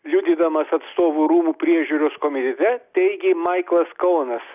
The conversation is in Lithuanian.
liudydamas atstovų rūmų priežiūros komitete teigė maiklas konas